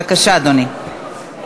בבקשה, אדוני.